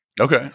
Okay